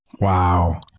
Wow